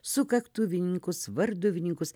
sukaktuvininkus varduvininkus